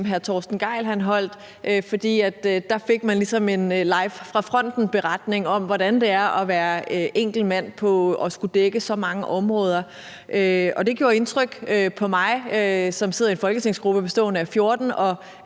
som hr. Torsten Gejl holdt. For der fik man ligesom en live fra fronten-beretning om, hvordan det er at være enkelt mand og skulle dække så mange områder, og det gjorde indtryk på mig, som sidder i en folketingsgruppe bestående af 14